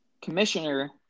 Commissioner